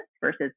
versus